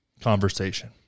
conversation